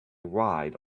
ride